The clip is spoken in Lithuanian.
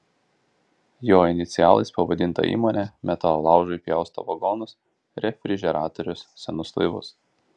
jo inicialais pavadinta įmonė metalo laužui pjausto vagonus refrižeratorius senus laivus